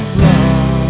love